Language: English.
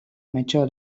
mature